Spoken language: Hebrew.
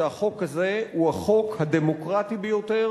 אני אומר שהחוק הזה הוא החוק הדמוקרטי ביותר